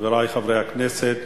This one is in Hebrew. חברי חברי הכנסת,